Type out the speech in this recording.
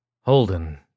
Holden